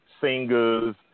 singers